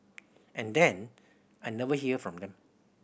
and then I never hear from them